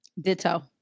Ditto